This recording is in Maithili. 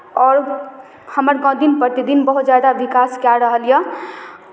आओर हमर गाम दिन प्रतिदिन बहुत जायदा विकास कए रहल यए